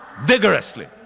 vigorously